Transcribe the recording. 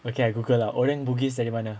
okay I google lah orang bugis dari mana